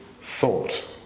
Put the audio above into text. thought